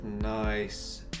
Nice